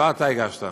לא אתה הגשת.